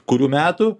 kurių metų